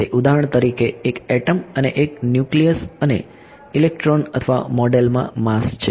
તે ઉદાહરણ તરીકે એક એટમ અને એક ન્યુક્લિયસ છે અને ઇલેક્ટ્રોન અથવા મોડેલમાં માસ છે